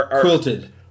Quilted